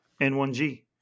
N1G